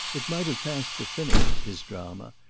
it might have passed for finished his drama,